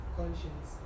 conscience